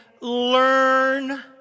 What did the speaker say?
learn